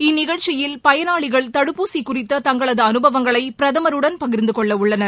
இந்நிகழ்ச்சியில் பயனாளிகள் தடுப்பூசி குறித்த தங்களது அனுபவங்களை பிரதமருடன் பகிர்ந்து கொள்ளவுள்ளனர்